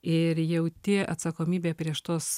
ir jauti atsakomybę prieš tuos